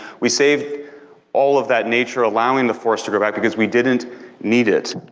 we saved all of that nature, allowing the forest to grow back because we didn't need it.